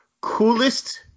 coolest